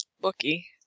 bookie